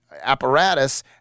apparatus